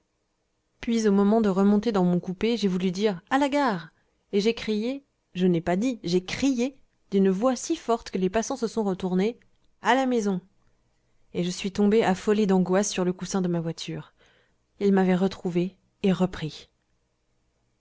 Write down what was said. puis au moment de remonter dans mon coupé j'ai voulu dire a la gare et j'ai crié je n'ai pas dit j'ai crié dune voix si forte que les passants se sont retournés a la maison et je suis tombé affolé d'angoisse sur le coussin de ma voiture il m'avait retrouvé et repris